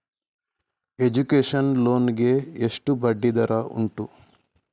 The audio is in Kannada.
ಎಜುಕೇಶನ್ ಲೋನ್ ಗೆ ಎಷ್ಟು ಬಡ್ಡಿ ದರ ಉಂಟು?